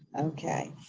okay.